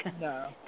No